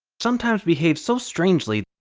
sometimes behave so strangely.